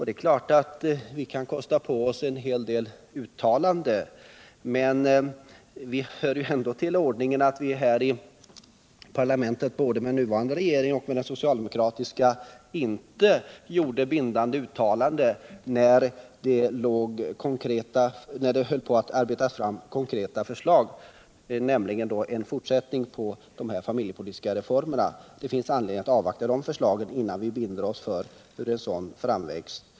Det är klart att man kan kosta på sig en hel del uttalanden, men det hör till ordningen att vi här i parlamentet, både med den nuvarande regeringen och med den socialdemokratiska, inte brukar göra bindande uttalanden när konkreta förslag håller på att arbetas fram. Det finns anledning att avvakta en fortsättning på de familjepolitiska reformerna innan vi binder oss för ett uttalande.